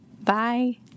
bye